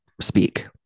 speak